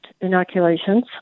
inoculations